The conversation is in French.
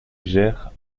gèrent